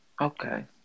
Okay